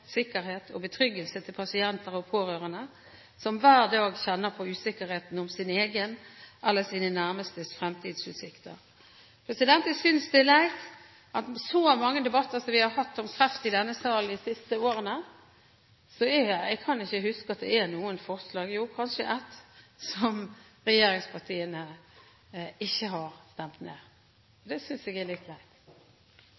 sikkerhet og betryggelse til pasienter og pårørende som hver dag kjenner på usikkerheten for sine egne eller sine nærmestes fremtidsutsikter. Enda så mange debatter som vi har hatt om kreft i denne salen de siste årene, så kan jeg ikke huske at det er noen forslag – jo, kanskje ett – som regjeringspartiene ikke har stemt ned.